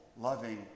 loving